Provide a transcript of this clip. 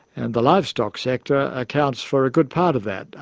and the livestock sector accounts for a good part of that,